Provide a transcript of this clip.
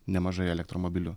nemažai elektromobilių